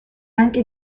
anche